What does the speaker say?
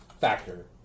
factor